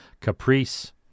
caprice